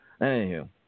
Anywho